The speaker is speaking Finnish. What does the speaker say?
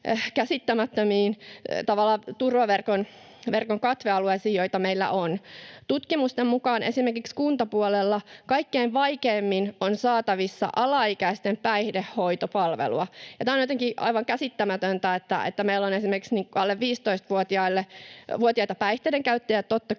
käsittämättömiin turvaverkon katvealueisiin, joita meillä on. Esimerkiksi tutkimusten mukaan kuntapuolella kaikkein vaikeimmin on saatavissa alaikäisten päihdehoitopalvelua. On jotenkin aivan käsittämätöntä, että meillä on esimerkiksi alle 15-vuotiaita päihteidenkäyttäjiä.